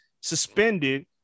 suspended